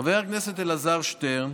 חבר הכנסת אלעזר שטרן